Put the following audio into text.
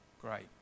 Great